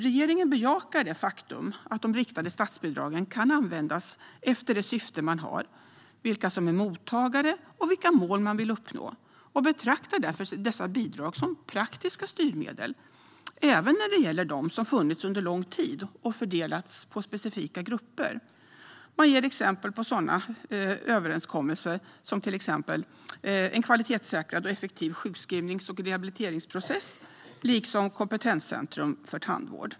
Regeringen bejakar det faktum att de riktade statsbidragen kan användas efter det syfte man har, vilka som är mottagare och vilka mål man vill uppnå. Den betraktar därför dessa bidrag som praktiska styrmedel även när det gäller de som funnits under lång tid och fördelats till specifika grupper. Den ger exempel på sådana överenskommelser som en kvalitetssäkrad och effektiv sjukskrivnings och rehabiliteringsprocess liksom kompetenscentrum för tandvård.